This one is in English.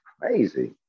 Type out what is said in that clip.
crazy